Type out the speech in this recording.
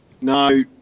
No